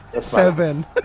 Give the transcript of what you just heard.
Seven